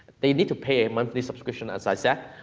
they need to pay monthly subscription, as i said,